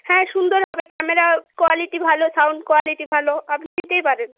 হ্যাঁ সুন্দর হবে ক্যামেরা কোয়ালিটি ভালো সাউন্ড কোয়ালিটি ভালো আপনি নিতেই পারেন